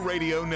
Radio